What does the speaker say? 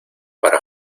para